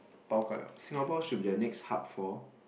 bao ka liao Singapore should be the next hub for